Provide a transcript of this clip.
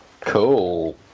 cool